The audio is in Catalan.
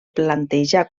plantejar